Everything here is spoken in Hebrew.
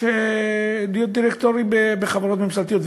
דירקטורים בחברות ממשלתיות.